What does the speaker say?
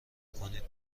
کنید